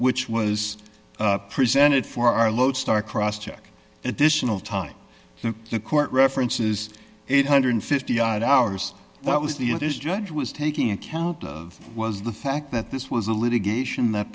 which was presented for our lodestar cross check additional time the court references eight hundred and fifty odd hours that was the that is judge was taking account of was the fact that this was a litigation that